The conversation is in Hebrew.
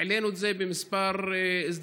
העלינו את זה בכמה הזדמנויות,